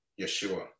Yeshua